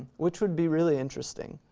which would be really interesting,